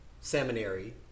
seminary